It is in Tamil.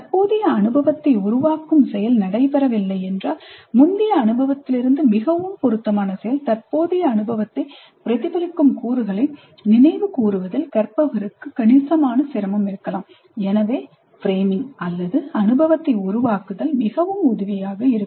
தற்போதைய அனுபவத்தை உருவாக்கும் செயல் நடைபெறவில்லை என்றால் முந்தைய அனுபவத்திலிருந்து மிகவும் பொருத்தமான மற்றும் தற்போதைய அனுபவத்தை பிரதிபலிக்கும் கூறுகளை நினைவுகூருவதில் கற்பவருக்கு கணிசமான சிரமம் இருக்கலாம் எனவே ஃப்ரேமிங்அனுபவத்தை உருவாக்குதல் மிகவும் உதவியாக இருக்கும்